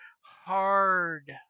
hard